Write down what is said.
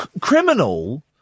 criminal